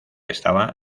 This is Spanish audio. estaba